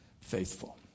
faithful